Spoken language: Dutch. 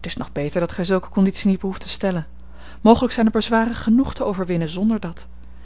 t is nog beter dat gij zulke conditie niet behoeft te stellen mogelijk zijn er bezwaren genoeg te overwinnen zonder dat